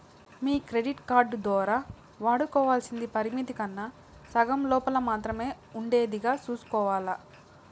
మీ credit card దోరా వాడుకోవల్సింది పరిమితి కన్నా సగం లోపల మాత్రమే ఉండేదిగా సూసుకోవాల్ల